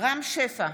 רם שפע,